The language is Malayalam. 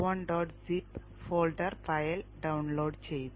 zip ഫോൾഡർ ഫയൽ ഡൌൺലോഡ് ചെയ്തു